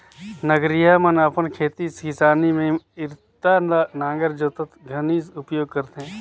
नगरिहा मन अपन खेती किसानी मे इरता ल नांगर जोतत घनी उपियोग करथे